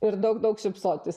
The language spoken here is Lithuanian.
ir daug daug šypsotis